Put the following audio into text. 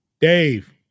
Dave